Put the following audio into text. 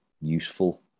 useful